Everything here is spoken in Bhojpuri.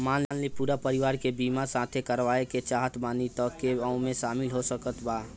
मान ली पूरा परिवार के बीमाँ साथे करवाए के चाहत बानी त के के ओमे शामिल हो सकत बा?